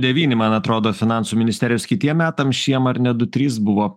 devyni man atrodo finansų ministerijos kitiem metam šiem ar ne du trys buvo